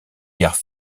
gares